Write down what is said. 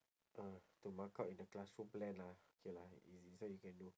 oh to mark out in the classroom plan lah K lah easy this one you can do